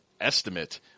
estimate